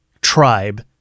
tribe